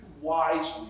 wisely